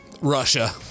Russia